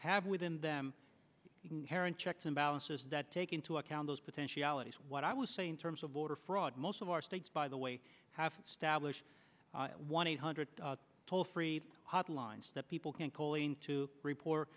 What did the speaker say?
have within them hair and checks and balances that take into account those potentiality what i was saying terms of voter fraud most of our states by the way have stablished one eight hundred toll free hotline that people can call in to report